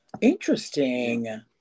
Interesting